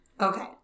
Okay